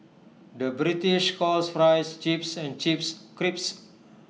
the British calls Fries Chips and Chips Crisps